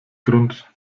grund